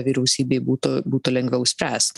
vyriausybei būtų būtų lengviau spręst